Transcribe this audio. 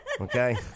Okay